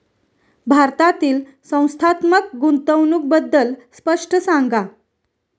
भारतातील संस्थात्मक गुंतवणूक बद्दल स्पष्ट सांगा